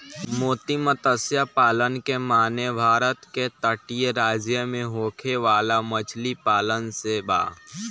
मोती मतस्य पालन के माने भारत के तटीय राज्य में होखे वाला मछली पालन से बा